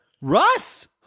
Russ